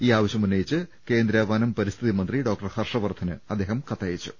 ഈ ആവശ്യമുന്നയിച്ച് കേന്ദ്ര വനം പരി സ്ഥിതി മന്ത്രി ഹർഷവർദ്ധന് അദ്ദേഹം കത്തയച്ചു